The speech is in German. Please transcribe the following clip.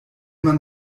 man